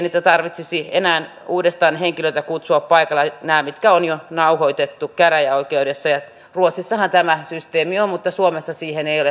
valiokunta kannustaa hallitusta käynnistämään palvelujen tuottavuutta parantavia kuntakokeiluja ja pitää tärkeänä kuntien aktiivista elinkeinopolitiikkaa ja elinvoimaisuutta parantavia toimenpiteitä talouden ja palvelujen turvaamiseksi